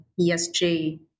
ESG